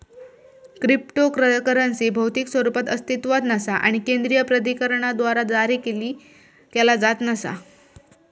cryptocurrency भौतिक स्वरूपात अस्तित्वात नसा आणि केंद्रीय प्राधिकरणाद्वारा जारी केला जात नसा